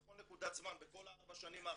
בכל נקודת זמן בכל ארבע השנים האחרונות,